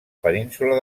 península